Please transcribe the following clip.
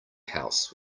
house